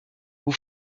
vous